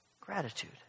gratitude